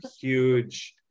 huge